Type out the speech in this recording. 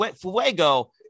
Fuego